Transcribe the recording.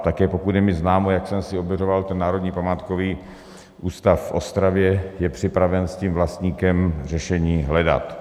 Pak pokud je mi známo, jak jsem si ověřoval, Národní památkový ústav v Ostravě je připraven s tím vlastníkem řešení hledat.